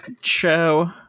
show